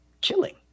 killing